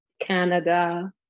Canada